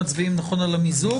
נכון שאנחנו קודם מצביעים על המיזוג,